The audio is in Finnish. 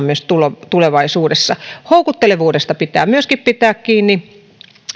myös tulevaisuudessa houkuttelevuudesta pitää myöskin pitää kiinni